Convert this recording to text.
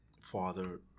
father